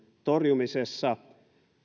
torjumisessa